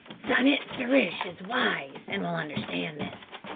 san-it-sa-rish is wise and will understand this.